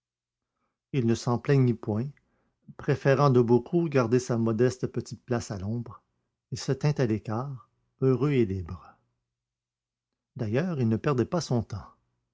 il ne s'en plaignit point préférant de beaucoup garder sa modeste petite place à l'ombre et se tint à l'écart heureux et libre d'ailleurs il ne perdait pas son temps